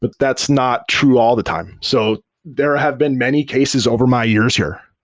but that's not true all the time so there have been many cases over my years here,